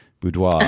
boudoir